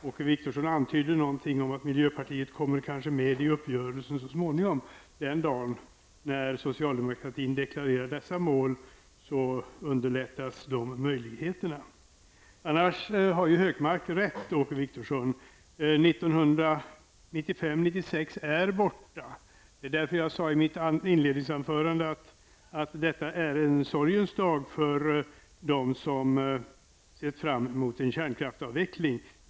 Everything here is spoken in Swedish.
Åke Wictorsson antyder något om att miljöpartiet kanske så småningom kommer med i uppgörelsen. Den dag socialdemokraterna deklarerar dessa mål underlättas möjligheterna för detta. För övrigt har Gunnar Hökmark rätt, Åke Wictorsson. Årtalen 1995 och 1996 är borta. Det var därför jag i mitt inledningsanförande sade att detta är en sorgens dag för dem som sett fram emot en kärnkraftsavveckling.